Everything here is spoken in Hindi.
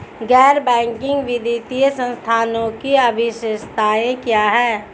गैर बैंकिंग वित्तीय संस्थानों की विशेषताएं क्या हैं?